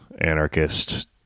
anarchist